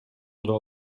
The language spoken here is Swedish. dra